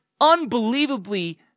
unbelievably